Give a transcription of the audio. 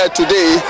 today